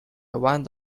one